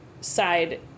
side